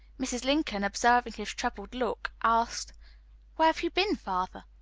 mrs. lincoln, observing his troubled look, asked where have you been, father?